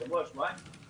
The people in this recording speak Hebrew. שעבר לא יכולתי להיכנס,